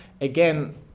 again